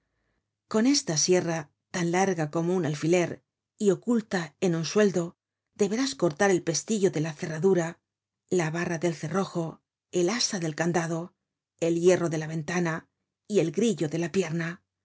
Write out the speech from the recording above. con esta sierra tan larga como un alfiler y oculta en un sueldo deberás cortar el pestillo de la cerradura la barra del cerrojo el asa del candado el hierro de la ventana y el grillo de la pierna